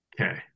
Okay